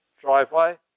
driveway